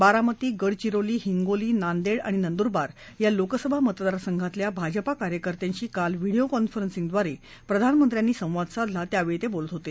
बारामती गडचिरोली हिंगोली नांदेड आणि नंदुरबार या लोकसभा मतदार संघातल्या भाजपा कार्यकर्त्यांशी काल व्हिडिओ कॉन्फरन्सिंगद्वारे प्रधानमंत्र्यांनी संवाद साधला त्या वेळी त्या बोलत होते